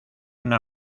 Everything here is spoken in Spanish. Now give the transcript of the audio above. una